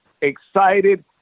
excited